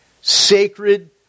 sacred